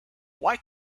why